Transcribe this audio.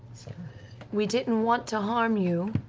we didn't want to harm you,